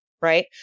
right